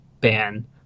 ban